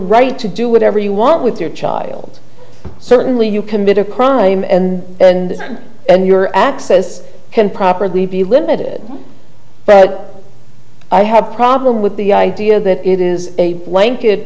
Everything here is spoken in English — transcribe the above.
right to do whatever you want with your child certainly if you commit a crime and and and your access can properly be limited but i have a problem with the idea that it is a blanket